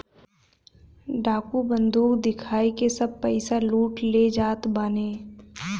डाकू बंदूक दिखाई के सब पईसा लूट ले जात बाने